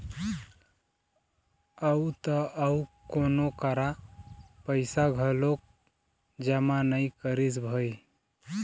अउ त अउ कोनो करा पइसा घलोक जमा नइ करिस भई